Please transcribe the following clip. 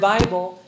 Bible